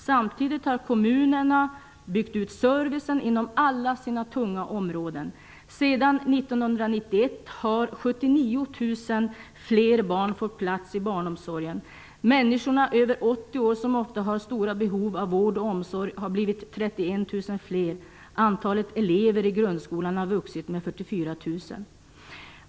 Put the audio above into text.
Samtidigt har kommunerna byggt ut servicen inom alla sina tunga områden. Sedan 1991 har 79 OOO fler barn fått plats i barnomsorgen. Människorna över 80 år, som ofta har stora behov av vård och omsorg, har blivit 31 000 fler. Antalet elever i grundskolan har vuxit med 44 000.